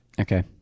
Okay